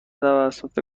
توسط